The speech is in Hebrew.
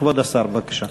כבוד השר, בבקשה.